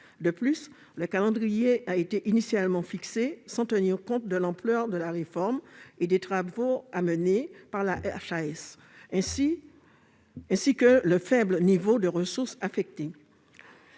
De plus, le calendrier a été initialement fixé sans tenir compte ni de l'ampleur de la réforme et des travaux que doit mener la HAS ni du faible niveau des ressources affectées.